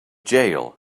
jail